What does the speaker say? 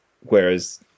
whereas